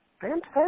Fantastic